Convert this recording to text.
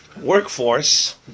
workforce